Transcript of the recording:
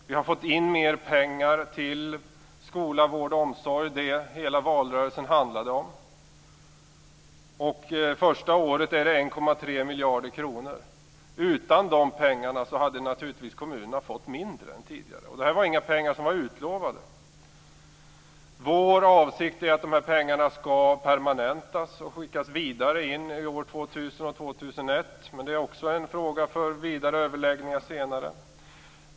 Vi har fått in mer pengar till skola, vård och omsorg - det som hela valrörelsen handlade om. För första året är det 1,3 miljarder kronor. Utan dessa pengar hade kommunerna naturligtvis fått mindre än tidigare, och det här är inga pengar som var utlovade. Vår avsikt är att pengarna skall permanentas och skickas vidare in i år 2000 och år 2001, men det är också en fråga för vidare överläggningar senare.